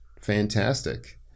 fantastic